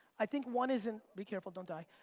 i think one is. be careful, don't die.